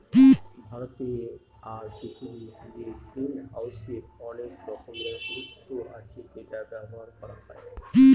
ভারতে আর পৃথিবী জুড়ে গ্রিনহাউসের অনেক রকমের গুরুত্ব আছে সেটা ব্যবহার করা হয়